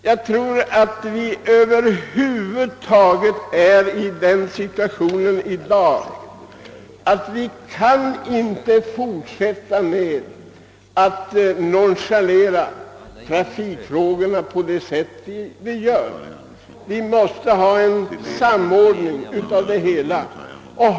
Jag tror att vi i dag är i den situationen att vi inte kan fortsätta att nonchalera trafikfrågorna på samma sätt som hittills. Vi måste ha en samordning av det hela.